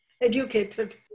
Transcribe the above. educated